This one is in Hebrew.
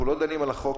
אנחנו לא דנים על החוק.